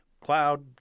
cloud